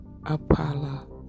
Apala